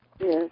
Yes